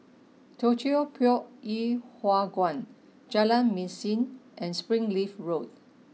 Teochew Poit Ip Huay Kuan Jalan Mesin and Springleaf Road